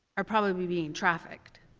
are probably being trafficked.